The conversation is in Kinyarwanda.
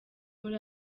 muri